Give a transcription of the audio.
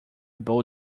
bow